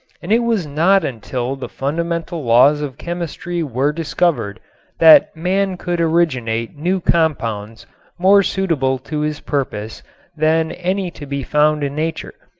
and it was not until the fundamental laws of chemistry were discovered that man could originate new compounds more suitable to his purpose than any to be found in nature.